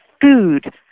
food